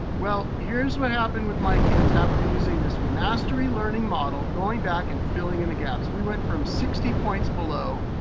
well here's what happened with my kids after using this mastery learning model, going back and filling in the gaps. we went from sixty points below,